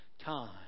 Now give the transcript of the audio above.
time